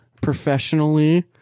professionally